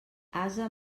ase